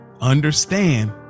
understand